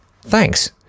Thanks